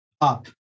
up